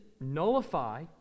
nullify